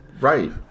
right